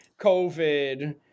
COVID